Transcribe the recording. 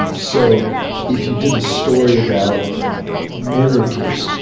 and so if you did a story about a murder case,